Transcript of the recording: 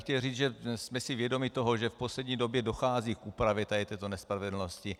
Chtěl bych říct, že jsme si vědomi toho, že v poslední době dochází k úpravě této nespravedlnosti.